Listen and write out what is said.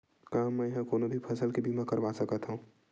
का मै ह कोनो भी फसल के बीमा करवा सकत हव?